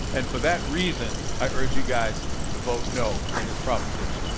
and, for that reason, i urge you guys to vote, no, on this proposition.